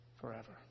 forever